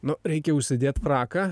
nu reikia užsidėt fraką